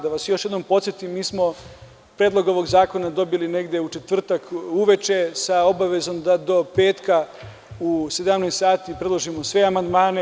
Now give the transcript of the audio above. Da vas još jednom podsetim, mi smo predlog ovog zakona dobili negde u četvrtak uveče sa obavezom da do petka u 17 časova priložimo sve amandmane.